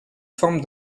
forme